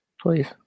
please